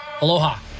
Aloha